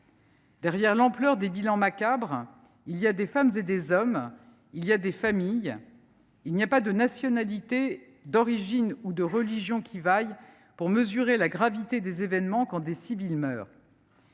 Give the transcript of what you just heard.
Derrière l’ampleur des bilans macabres, il y a des femmes et des hommes. Il y a des familles. Il n’y a pas de nationalité, d’origine ou de religion qui vaille pour mesurer la gravité des événements quand des civils meurent.